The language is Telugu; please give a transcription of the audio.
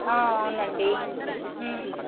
అవునండీ